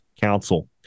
Council